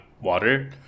water